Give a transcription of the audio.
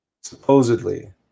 Supposedly